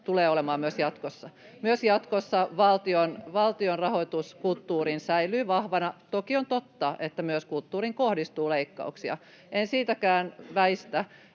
tulee olemaan myös jatkossa. Myös jatkossa valtion rahoitus kulttuuriin säilyy vahvana. Toki on totta, että myös kulttuuriin kohdistuu leikkauksia, en sitäkään väistä.